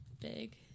big